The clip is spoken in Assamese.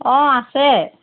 অঁ আছে